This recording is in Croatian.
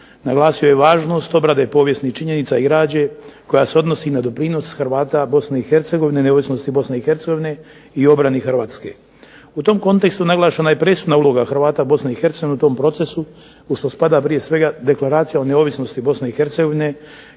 Naglasio je važnost obrade povijesnih činjenica i građe koja se odnosi na doprinos Hrvata Bosne i Hercegovine i neovisnosti Bosne i Hercegovine i obrani Hrvatske. U tom kontekstu naglašena je presudna uloga Hrvata Bosne i Hercegovine u tom procesu u što spada prije svega Deklaracija o neovisnosti Bosne i Hercegovine,